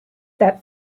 that